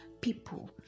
people